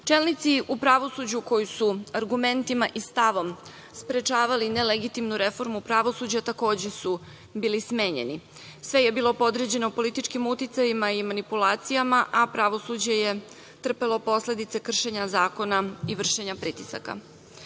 u pravosuđu koji su argumentima i stavom sprečavali nelegitimnu reformu pravosuđa, takođe su bili smenjeni. Sve je bilo podređeno političkim uticajima i manipulacijama, a pravosuđe je trpelo posledice kršenja zakona i vršenja pritisaka. Godine